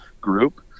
group